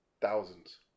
Thousands